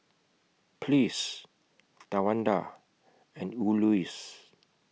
Pleas Tawanda and Elouise